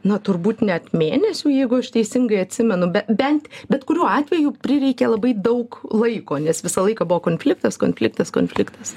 na turbūt net mėnesių jeigu aš teisingai atsimenu bent bet kuriuo atveju prireikė labai daug laiko nes visą laiką buvo konfliktas konfliktas konfliktas